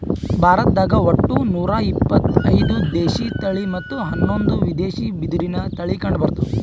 ಭಾರತ್ದಾಗ್ ಒಟ್ಟ ನೂರಾ ಇಪತ್ತೈದು ದೇಶಿ ತಳಿ ಮತ್ತ್ ಹನ್ನೊಂದು ವಿದೇಶಿ ಬಿದಿರಿನ್ ತಳಿ ಕಂಡಬರ್ತವ್